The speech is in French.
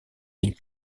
ils